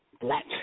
black